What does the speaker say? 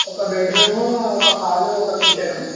ఒక బెడ్రూమ్ ఒక హాలు ఒక కిచెను